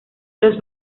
los